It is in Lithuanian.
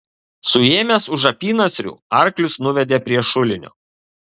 suėmęs už apynasrių arklius nuvedė prie šulinio